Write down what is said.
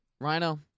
Rhino